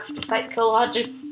psychological